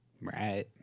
Right